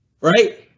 right